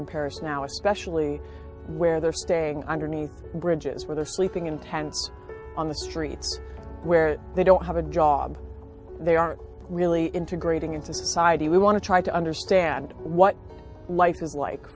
in paris now especially where they're staying underneath bridges where they're sleeping in tents on the streets where they don't have a job they aren't really integrated into society we want to try to understand what life is like